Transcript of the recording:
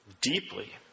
deeply